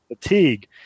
fatigue